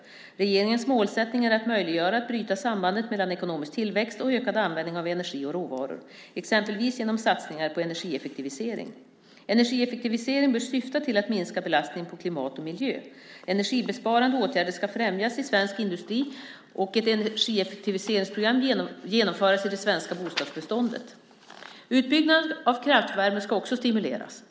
Regeringens målsättning är att möjliggöra att bryta sambandet mellan ekonomisk tillväxt och ökad användning av energi och råvaror, exempelvis genom satsningar på energieffektivisering. Energieffektiviseringen bör syfta till att minska belastningen på klimat och miljö. Energisparande åtgärder ska främjas i svensk industri och ett energieffektiviseringsprogram genomföras i det svenska bostadsbeståndet. Utbyggnaden av kraftvärme ska också stimuleras.